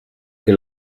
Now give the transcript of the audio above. que